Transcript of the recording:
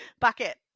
Bucket